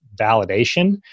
validation